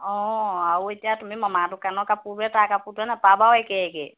অঁ আৰু এতিয়া তুমি মামাৰ দোকানৰ কাপোৰে তাৰ কাপোৰটোৱে নাপাবা একে একে